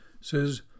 says